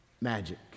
magic